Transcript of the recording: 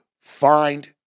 Find